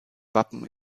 wappen